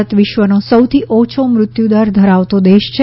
ભારત વિશ્વનો સૌથી ઓછો મૃત્યુદર ધરાવતો દેશ છે